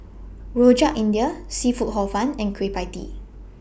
Rojak India Seafood Hor Fun and Kueh PIE Tee